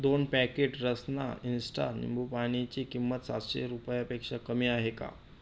दोन packet Rasna insta निंबुपानीची किंमत सातशे रुपयांपेक्षा कमी आहे का